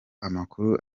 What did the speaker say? amakuru